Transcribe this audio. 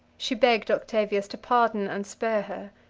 she begged octavius to pardon and spare her,